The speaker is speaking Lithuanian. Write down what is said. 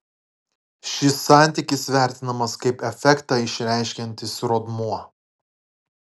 šis santykis vertinamas kaip efektą išreiškiantis rodmuo